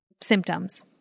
symptoms